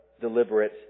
deliberate